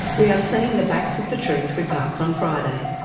we are seeing the backs of the trees we passed on friday.